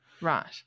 Right